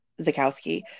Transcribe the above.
Zakowski